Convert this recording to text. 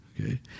okay